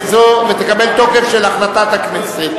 ותקבל תוקף של החלטת הכנסת.